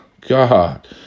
God